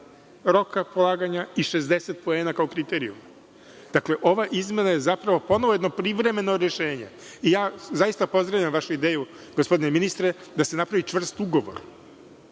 roka polaganja i 60 poena kao kriterijum. Dakle, ova izmena je zapravo ponovo jedno privremeno rešenje. Zaista pozdravljam vašu ideju gospodine ministre, da se napravi čvrst ugovor,